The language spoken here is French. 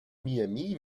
miami